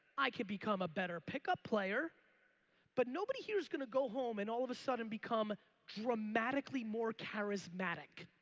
i can become a better pickup player but nobody here's gonna go home and all of a sudden become dramatically more charismatic,